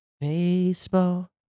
baseball